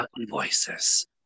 voices